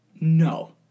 No